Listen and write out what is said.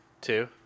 two